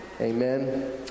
Amen